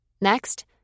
Next